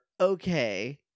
Okay